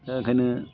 दा ओंखायनो